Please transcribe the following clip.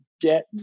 get